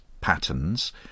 patterns